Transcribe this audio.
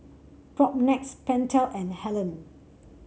Propnex Pentel and Helen